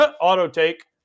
auto-take